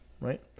right